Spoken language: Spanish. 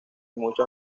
muchas